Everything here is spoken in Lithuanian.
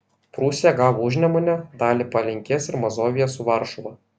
prūsija gavo užnemunę dalį palenkės ir mazoviją su varšuva